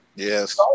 Yes